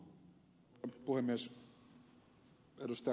arvoisa puhemies